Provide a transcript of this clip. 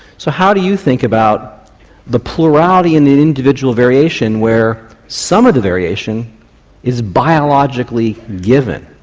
so how do you think about the plurality in the individual variation where some of the variation is biologically given?